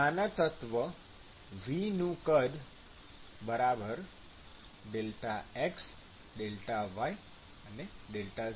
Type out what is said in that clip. નાના તત્વ V નું કદ ΔxΔyΔz